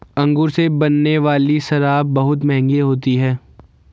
अंगूर से बनने वाली शराब बहुत मँहगी होती है